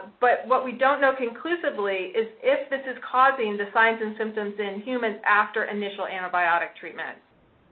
but what we don't know conclusively is if this is causing the signs and symptoms in humans after initial antibiotic treatment,